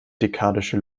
dekadische